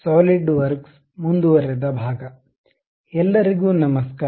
SolidWorks ಮುಂದುವರೆದ ಎಲ್ಲರಿಗೂ ನಮಸ್ಕಾರ